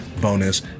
bonus